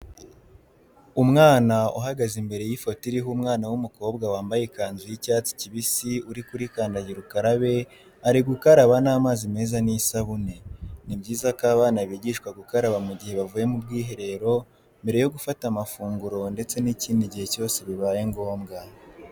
Umwana uhagaze imbere y'ifoto iriho umwana w'umukobwa wamabaye ikanzu y'icyatsi kibisi uri kuri kandagirukarabe ari gukaraba n'amazi meza n'isabune . Ni byiza ko abana bigishwa gukaraba mu gihe bavuye mu bwiherero, mbere yo gufata amafunguro ndetse n'ikindi gihe cyose bibaye ngombwa.